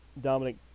Dominic